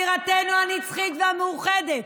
בירתנו הנצחית והמאוחדת,